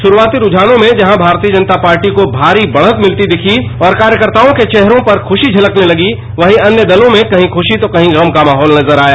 प्रूआती रूझान से भारतीय जनता पार्टी को भारी बढत मिली और कार्यकताओं के चेहरों पर खषी झलकने लगी वहीं अन्य दलों में कहीं खुषी तो कहीं गम का माहौल नजर आया